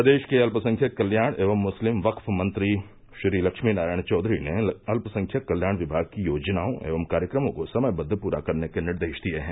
प्रदेश के अल्पसंख्यक कल्याण एवं मुस्लिम वक्फ मंत्री श्री लक्ष्मी नारायण चौघरी ने अल्पसंख्यक कल्याण विभाग की योजनाओं एवं कार्यक्रमों को समयबद्ध पूरा करने के निर्देश दिये हैं